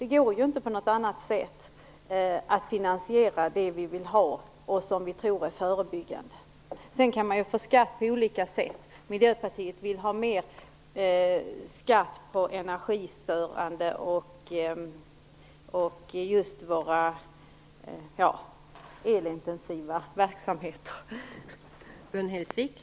Det går inte att finansiera det vi vill ha och som vi tror är förebyggande på något annat sätt. Sedan kan man få in skatt på olika sätt. Miljöpartiet vill ha mer skatt på icke förnyelsebar energi och råvaror.